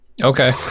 okay